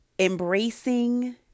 embracing